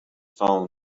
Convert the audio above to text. phone